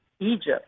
Egypt